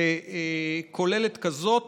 כוללת כזאת